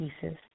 pieces